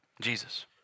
Jesus